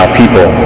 people